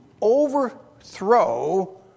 overthrow